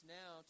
now